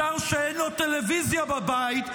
השר שאין לו טלוויזיה בבית,